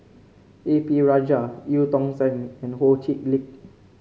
A P Rajah Eu Tong Sen and Ho Chee Lick